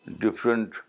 different